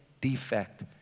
defect